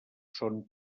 són